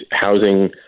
housing